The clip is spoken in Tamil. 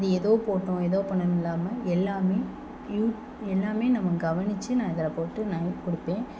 அது ஏதோ போட்டோம் ஏதோ பண்ணன்னும் இல்லாம எல்லாமே எல்லாமே நம்ப கவனிச்சு நான் இதில் போட்டு நானே கொடுப்பேன்